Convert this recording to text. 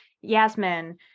Yasmin